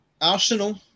Arsenal